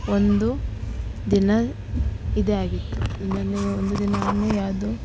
ಒಂದು ದಿನ ಇದೆ ಆಗಿತ್ತು ನಾನು ಒಂದು ದಿನವನ್ನು ಯಾವುದೋ